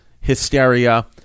hysteria